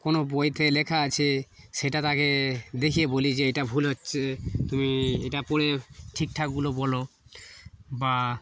কোনো বইতে লেখা আছে সেটা তাকে দেখিয়ে বলি যে এটা ভুল হচ্ছে তুমি এটা পড়ে ঠিকঠাকগুলো বলো বা